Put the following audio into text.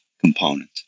component